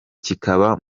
kikaba